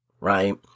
right